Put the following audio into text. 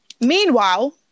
Meanwhile